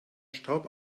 staub